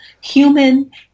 human